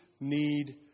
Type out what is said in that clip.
need